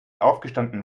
aufgestanden